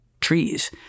trees